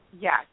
yes